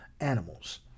animals